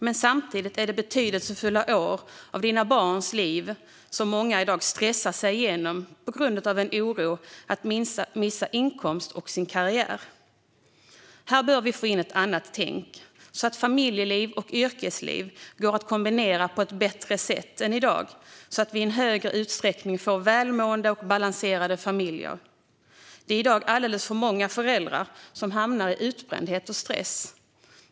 Men samtidigt är det betydelsefulla år av barnens liv som många i dag stressar sig igenom på grund av oro för att gå miste om inkomst och karriär. Här bör vi få in ett annat tänk, så att familjeliv och yrkesliv går att kombinera på ett bättre sätt än i dag och så att vi i större utsträckning får välmående och balanserade familjer. Det är i dag alldeles för många föräldrar som hamnar i utbrändhet och stress.